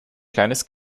kleines